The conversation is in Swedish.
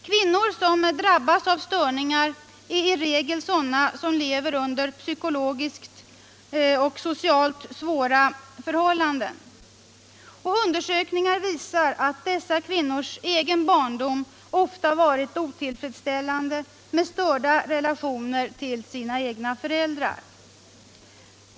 Kvinnor som drabbas av störningar lever i regel under psykologiskt och socialt svåra förhållanden. Undersökningar visar att dessa kvinnors egen barndom ofta varit otillfredsställande med störda relationer till de egna föräldrarna.